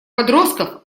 подростков